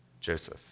Joseph